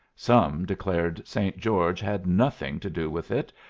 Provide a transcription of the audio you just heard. some declared saint george had nothing to do with it,